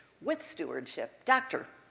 with stewardship, doctor,